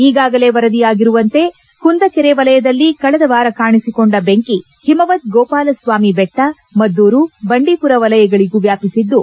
ಈಗಾಗಲೇ ವರದಿಯಾಗಿರುವಂತೆ ಕುಂದಕೆರೆ ವಲಯದಲ್ಲಿ ಕಳೆದ ವಾರ ಕಾಣಿಸಿಕೊಂಡ ಬೆಂಕಿ ಹಿಮವದ್ ಗೋಪಾಲಸ್ವಾಮಿ ಬೆಟ್ಟ ಮದ್ದೂರು ಬಂಡೀಪುರ ವಲಯಗಳಗೂ ವ್ಡಾಪಿಸಿದ್ದು